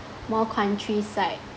more countryside